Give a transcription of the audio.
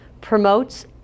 promotes